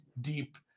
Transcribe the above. deep